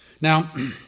Now